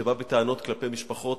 שבא בטענות כלפי משפחות,